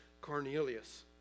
Cornelius